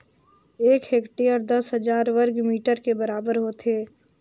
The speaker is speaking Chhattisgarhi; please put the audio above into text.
एक हेक्टेयर दस हजार वर्ग मीटर के बराबर होथे